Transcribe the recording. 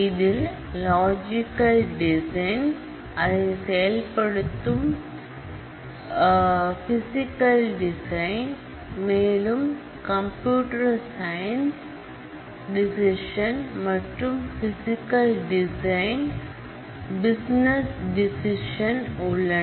இதில் logical design அதை செயல்படுத்தும் பிஸ்னஸ் டிசிசன் மேலும் கம்ப்யூட்டர் சயின்ஸ் டிசிசன் மற்றும் பிசிகல் டிசைன் உள்ளன